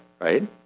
right